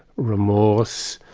remorse,